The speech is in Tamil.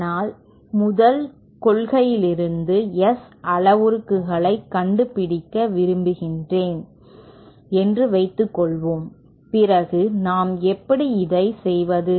ஆனால் முதல் கொள்கைகளிலிருந்து S அளவுருக்களைக் கண்டுபிடிக்க விரும்புகிறோம் என்று வைத்துக்கொள்வோம் பிறகு நாம் எப்படி இதை செய்வது